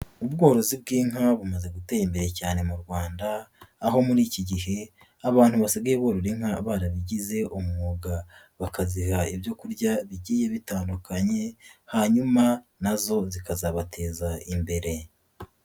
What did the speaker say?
Ubworozi bw'inka bumaze gutera imbere cyane mu rwanda, aho muri iki gihe abantu basigaye borora inka barabigize umwuga bakaziha ibyo kurya bigiye bitandukanye, hanyuma nazo zikazabateza imbere.